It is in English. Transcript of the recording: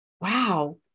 wow